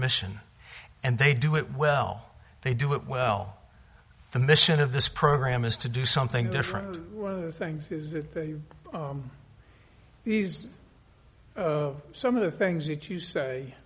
mission and they do it well they do it well the mission of this program is to do something different one of the things is that they these are some of the things that you say